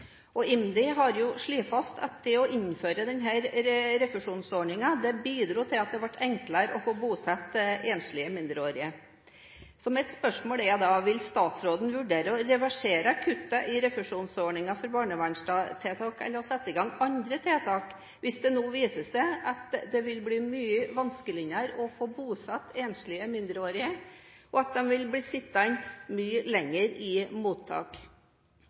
har slått fast at det å innføre denne refusjonsordningen bidro til at det ble enklere å få bosatt enslige mindreårige. Mitt spørsmål er da: Vil statsråden vurdere å reversere kuttene i refusjonsordningen for barnevernstiltak og sette i gang andre tiltak hvis det nå viser seg at det vil bli mye vanskeligere å få bosatt enslige mindreårige, og at de vil bli sittende mye lenger i mottak?